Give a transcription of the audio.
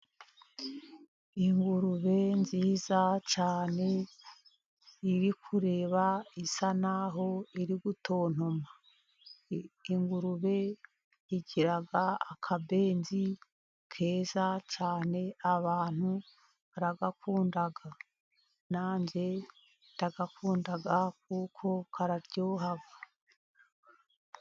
Ingurube nziza cyane iri kureba isa naho iri gutontoma; ingurube igira akabenzi keza cyane, abantu baragakunda, nanjye ndagakunda kuko karabyoha.